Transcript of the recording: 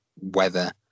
weather